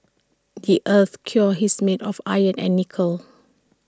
the Earth's core his made of iron and nickel